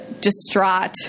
distraught